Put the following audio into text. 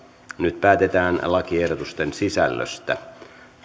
nyt päätetään lakiehdotusten sisällöstä